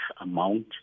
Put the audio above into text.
amount